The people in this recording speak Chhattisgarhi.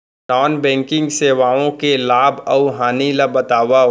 नॉन बैंकिंग सेवाओं के लाभ अऊ हानि ला बतावव